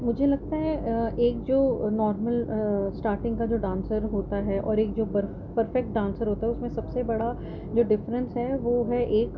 مجھے لگتا ہے ایک جو نارمل اسٹاٹنگ کا جو ڈانسر ہوتا ہے اور ایک جو بر پرفیکٹ ڈانسر ہوتا ہے اس میں سب سے بڑا جو ڈفرینس ہے وہ ہے ایک